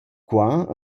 qua